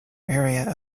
area